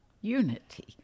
unity